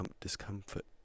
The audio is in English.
discomfort